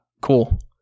cool